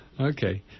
Okay